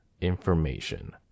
information